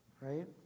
Right